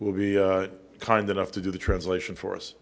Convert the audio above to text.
will be kind enough to do the translation for us